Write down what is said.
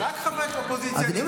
גילה.